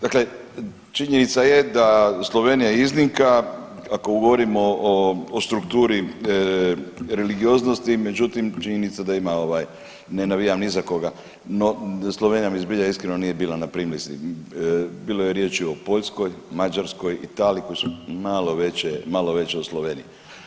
Dakle činjenica je da je Slovenija iznimka, ako govorimo o strukturi religioznosti, međutim, činjenica da ima ovaj, ne navijam ni za koga, no Slovenija mi zbilja iskreno nije bila na primisli, bilo je riječi o Poljskoj, Mađarskoj, Italiji koje su malo veće od Slovenije.